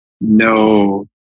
No